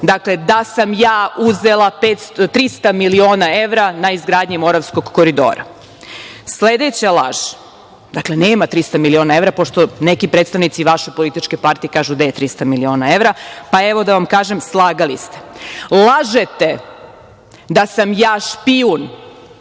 lažete da sam ja uzela 300 miliona evra na izgradnji Moravskog koridora. Dakle, nema 300 miliona evra, pošto neki predstavnici vaše političke partije kažu - gde je 300 miliona evra. Pa, evo, da vam kažem - slagali ste. Sledeća laž. Lažete da sam ja špijun,